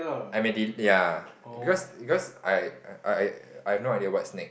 I may del~ ya because because I I I I have no idea what's next